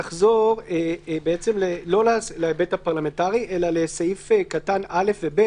נחזור לא להיבט הפרלמנטרי אלא לסעיף קטן (א) ו-(ב)